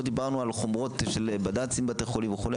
לא דיברנו על חומרות של בד"צים בבתי חולים וכו',